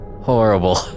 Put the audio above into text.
horrible